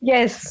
Yes